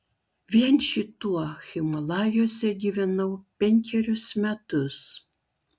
vien šituo himalajuose gyvenau penkerius metus